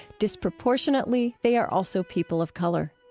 disproportionately, they are also people of color.